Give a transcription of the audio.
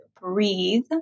breathe